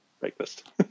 breakfast